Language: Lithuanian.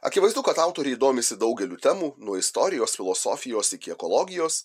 akivaizdu kad autoriai domisi daugeliu temų nuo istorijos filosofijos iki ekologijos